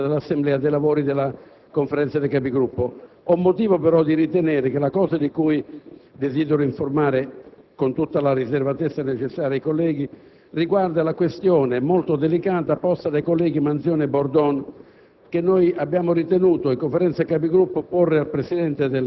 se è stata data notizia, da parte della Presidenza dell'Assemblea, dei lavori della Conferenza dei Capigruppo. Ho motivo, però, di ritenere che la cosa di cui desidero informare i colleghi, con tutta la riservatezza necessaria, riguardi la questione molto delicata posta dai colleghi Manzione e Bordon